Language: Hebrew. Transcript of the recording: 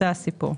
זה הסיפור.